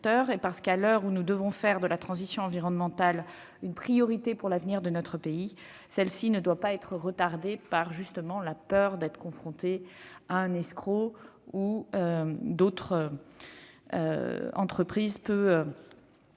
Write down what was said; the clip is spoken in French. et parce que, à l'heure où nous devons faire de la transition environnementale une priorité pour l'avenir de notre pays, celle-ci ne doit pas être retardée par la peur d'être confronté à un escroc ou à une entreprise peu